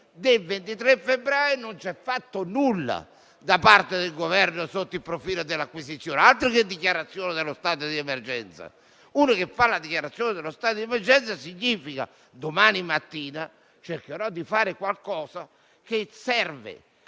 il 23 febbraio, non è stato fatto alcunché da parte del Governo sotto il profilo dell'acquisizione. Altro che dichiarazione dello stato di emergenza! La dichiarazione dello stato di emergenza significa che l'indomani mattina si cercherà di fare quello che serve